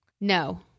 no